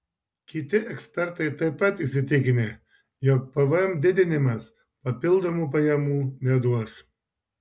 kiti ekspertai taip pat įsitikinę jog pvm didinimas papildomų pajamų neduos